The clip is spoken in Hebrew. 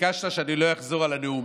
ביקשת שאני לא אחזור על הנאום,